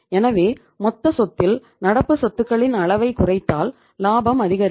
எனவே மொத்த சொத்தில் நடப்பு சொத்துகளின் அளவைக் குறைத்தால் லாபம் அதிகரிக்கும்